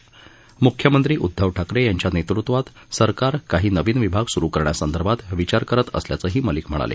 म्ख्यमंत्री उद्धव ठाकरे यांच्या नेतृत्वात सरकार काही नवीन विभाग स्रु करण्यासंदर्भात विचार करत असल्याचंही मलिक म्हणाले